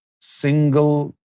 single